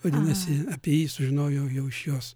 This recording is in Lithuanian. vadinasi apie jį sužinojau jau iš jos